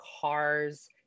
cars